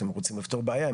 אתם רוצים לפתור בעיה.